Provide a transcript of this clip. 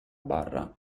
barra